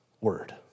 word